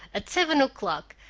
at seven o'clock,